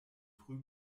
früh